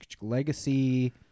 legacy